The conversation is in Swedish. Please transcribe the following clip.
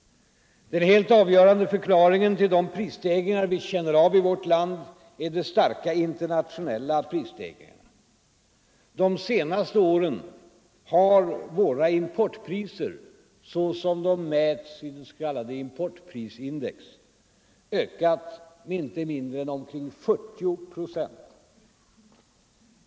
Den helt avgörande förklaringen till de prisstegringar vi känner av i vårt land är de starka internationella prisstegringarna. Det senaste året har våra importpriser, såsom de mäts i det s.k. importprisindex, ökat med inte mindre än 40 procent.